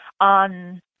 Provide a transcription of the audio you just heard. on